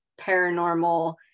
paranormal